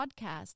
podcast